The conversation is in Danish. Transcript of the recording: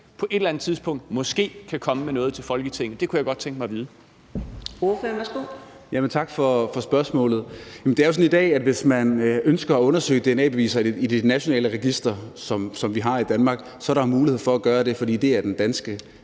på et eller andet tidspunkt måske kan komme med noget til Folketinget? Det kunne jeg godt tænke mig at vide.